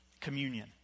communion